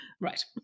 Right